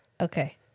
Okay